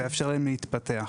ויאפשרו להם להתפתח.